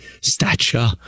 Stature